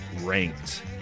ranked